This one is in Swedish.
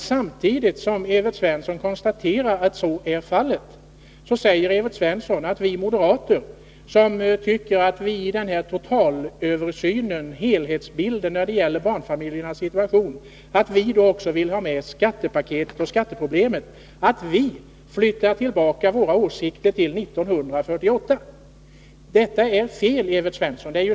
Men samtidigt som Evert Svensson konstaterar att så är fallet säger han att vi moderater — som när det gäller helhetsbilden av barnfamiljernas situation vill ha med skatteproblemet — går tillbaka till 1948. Detta är felaktigt, Evert Svensson.